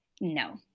no